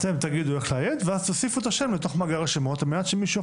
אתם תגידו איך לאיית ואז תוסיפו את השם לתוך מאגר השמות על מנת שמישהו